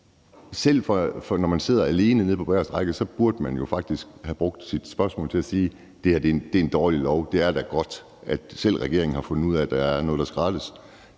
selv når man sidder alene nede på bagerste række, burde man jo faktisk have brugt sit spørgsmål til at sige, at det her er et dårligt lovforslag, og at det da er godt, at selv regeringen har fundet ud af, at der er noget, der skal rettes.